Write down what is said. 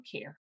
care